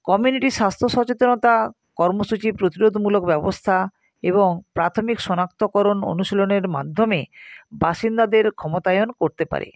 community স্বাস্থ্য সচেতনতা কর্মসূচির প্রতিরোধমূলক ব্যবস্থা এবং প্রাথমিক শনাক্তকরণ অনুশীলনের মাধ্যমে বাসিন্দাদের ক্ষমতায়ন করতে পারে